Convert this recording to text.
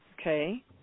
okay